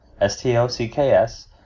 S-T-O-C-K-S